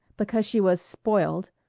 because she was spoiled,